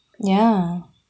ya